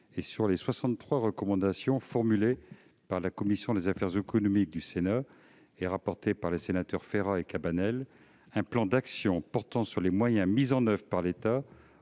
sur les 63 recommandations formulées par la commission des affaires économiques du Sénat, dont les rapports étaient les sénateurs Ferrat et Cabanel, un plan d'action portant sur les moyens mis en oeuvre par l'État